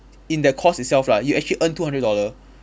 in the course itself lah you actually earn two hundred dollar